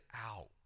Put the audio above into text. out